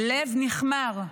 הלב נכמר,